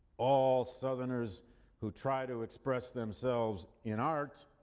all southerners who try to express themselves in art